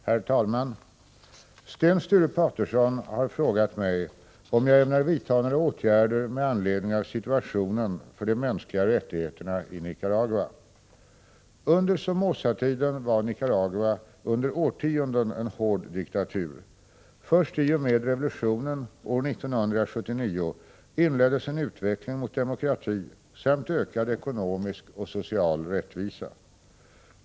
Herr talman! Sten Sture Paterson har frågat mig om jag ämnar vidtaga några åtgärder med anledning av situationen för de mänskliga rättigheterna i Nicaragua. Under Somoza-tiden var Nicaragua under årtionden en hård diktatur. Först i och med revolutionen år 1979 inleddes en utveckling mot demokrati samt ökad ekonomisk och social rättvisa.